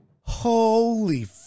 Holy